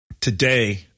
today